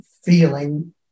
feeling